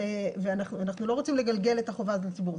ואנחנו לא רוצים לגלגל את החובה לציבור.